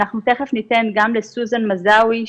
אנחנו תיכף ניתן גם לסוזן מזאוי,